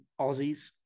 Aussies